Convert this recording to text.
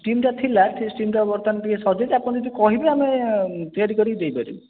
ଷ୍ଟିମ୍ଟା ଥିଲା ସେ ଷ୍ଟିମ୍ଟା ବର୍ତ୍ତମାନ ଟିକିଏ ସରିଯାଇଛି ଆପଣ ଯଦି କହିବେ ଆମେ ତିଆରି କରିକି ଦେଇପାରିବୁ